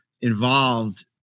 involved